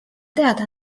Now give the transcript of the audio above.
teada